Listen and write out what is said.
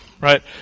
right